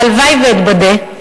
והלוואי שאתבדה,